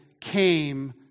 came